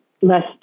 less